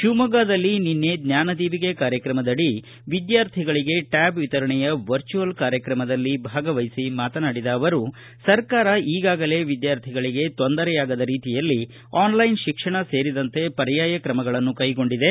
ಶಿವಮೊಗ್ಗದಲ್ಲಿ ನಿನ್ನೆ ಜ್ವಾನ ದೀವಿಗೆ ಕಾರ್ಯಕ್ರಮದಡಿ ವಿದ್ಯಾರ್ಥಿಗಳಿಗೆ ಟ್ಯಾಬ್ ವಿತರಣೆಯ ವರ್ಚುವಲ್ ಕಾರ್ಯಕ್ರಮದಲ್ಲಿ ಭಾಗವಹಿಸಿ ಮಾತನಾಡಿದ ಅವರು ಸರ್ಕಾರ ಈಗಾಗಲೇ ವಿದ್ಯಾರ್ಥಿಗಳಿಗೆ ತೊಂದರೆಯಾಗದ ರೀತಿಯಲ್ಲಿ ಆನ್ಲೈನ್ ಶಿಕ್ಷಣ ಸೇರಿದಂತೆ ಪರ್ಯಾಯ ಕ್ರಮಗಳನ್ನು ಕೈಗೊಂಡಿದೆ